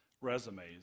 resumes